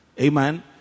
Amen